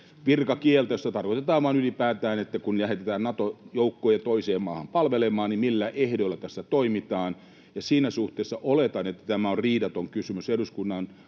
virkakieltä, jolla tarkoitetaan vain ylipäätään, että kun lähetetään Nato-joukkoja toiseen maahan palvelemaan, niin millä ehdoilla tässä toimitaan. Ja siinä suhteessa oletan, että tämä on riidaton kysymys eduskunnan